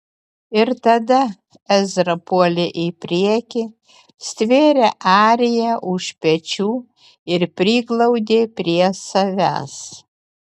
ir tada ezra puolė į priekį stvėrė ariją už pečių ir priglaudė prie savęs